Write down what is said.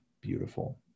beautiful